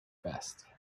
best